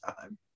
time